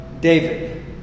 David